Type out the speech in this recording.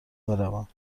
بروم